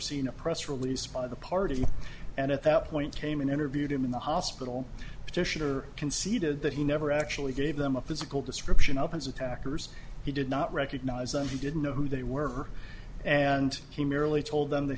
seeing a press release by the party and at that point came and interviewed him in the hospital petitioner conceded that he never actually gave them a physical description of his attackers he did not recognize them he didn't know who they were and he merely told them that